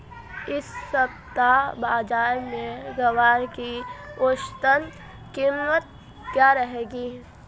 इस सप्ताह बाज़ार में ग्वार की औसतन कीमत क्या रहेगी?